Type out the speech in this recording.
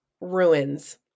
ruins